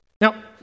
Now